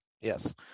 yes